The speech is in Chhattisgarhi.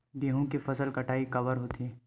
गेहूं के फसल कटाई काबर होथे?